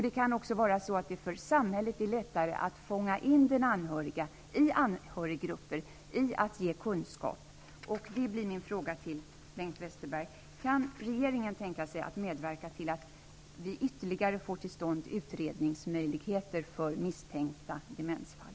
Det kan också vara så att det för samhället då blir lättare att fånga in den anhöriga i en anhöriggrupp och ge kunskap. Då blir min fråga till Bengt Westerberg: Kan regeringen tänka sig att medverka till att vi får ytterligare möjligheter till utredning om misstänkta demensfall?